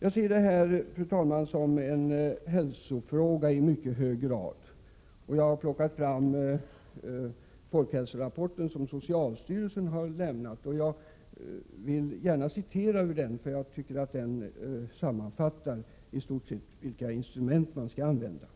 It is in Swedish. Jag betraktar detta, fru talman, i mycket hög grad som en hälsofråga och jag vill citera ur socialstyrelsens Folkhälsorapport 1987:15, där man i stort sett sammanfattar de instrument som skall användas: